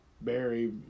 Barry